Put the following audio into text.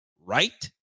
Right